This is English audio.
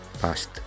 past